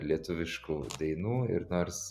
lietuviškų dainų ir nors